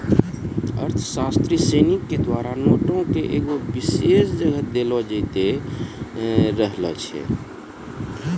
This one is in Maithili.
अर्थशास्त्री सिनी के द्वारा नोटो के एगो विशेष जगह देलो जैते रहलो छै